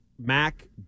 Mac